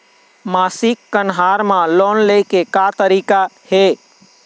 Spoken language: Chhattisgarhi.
मासिक कन्हार म लोन ले के का तरीका हे?